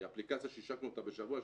זו אפליקציה שהשקנו אותה בשבוע,